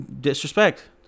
disrespect